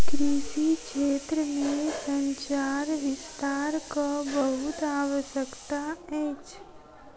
कृषि क्षेत्र में संचार विस्तारक बहुत आवश्यकता अछि